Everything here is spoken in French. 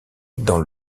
dans